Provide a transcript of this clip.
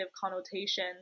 connotation